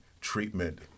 treatment